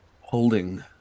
holding